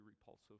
repulsive